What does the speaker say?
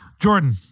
Jordan